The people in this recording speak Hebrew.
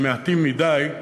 המעטים-מדי,